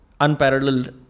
unparalleled